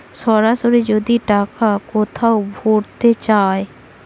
সরাসরি যদি টাকা কোথাও ভোরতে চায়